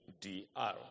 D-R